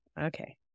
Okay